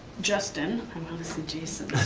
justin, um i wanna say jason,